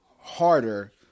harder